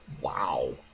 Wow